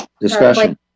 Discussion